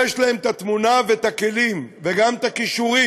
יש להם את התמונה ואת הכלים, וגם את הכישורים,